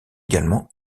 également